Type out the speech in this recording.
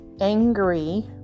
angry